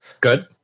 good